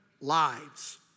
lives